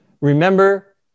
Remember